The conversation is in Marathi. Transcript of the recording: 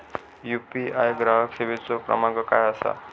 यू.पी.आय ग्राहक सेवेचो क्रमांक काय असा?